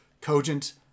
cogent